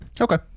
Okay